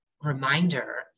reminder